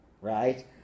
Right